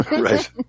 right